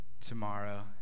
tomorrow